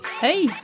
Hey